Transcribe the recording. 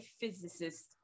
physicist